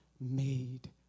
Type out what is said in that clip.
made